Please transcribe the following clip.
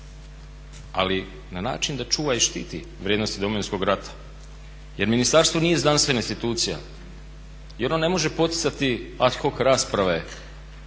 ali na način da čuva i štiti vrijednosti Domovinskog rata jer ministarstvo nije znanstvena institucija jer ono ne može poticati ad hoc rasprave